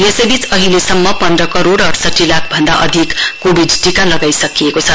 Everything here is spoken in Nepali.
यसैबीच अहिलेसम्म पन्ध करोड अडसठी लाख भन्दा अधिक कोविड टीका लगाईसकिएको छ